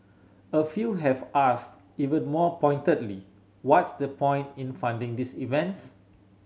a few have asked even more pointedly what's the point in funding these events